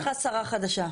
הצהרה חדשה.